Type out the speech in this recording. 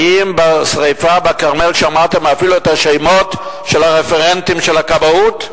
האם בעת שרפה בכרמל שמעתם אפילו את השמות של הרפרנטים של הכבאות?